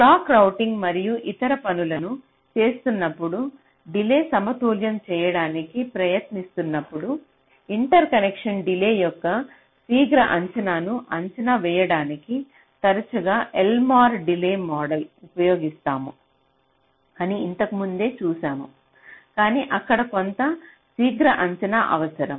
clock routing మరియు ఇతర పనులను చేస్తున్నప్పుడు డిలేన్ని సమతుల్యం చేయడానికి ప్రయత్నిస్తున్నప్పుడు ఇంటర్కనెక్షన్ డిలే యొక్క శీఘ్ర అంచనాను అంచనా వేయడానికి తరచుగా ఎల్మోర్ డిలే మోడల్ ఉపయోగిస్తాము అని ఇంతకు ముందు చూశాము కాని అక్కడ కొంత శీఘ్ర అంచనా అవసరం